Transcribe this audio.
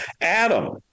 Adam